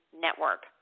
Network